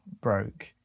broke